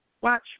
Watch